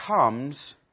comes